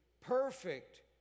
perfect